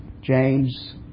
James